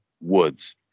woods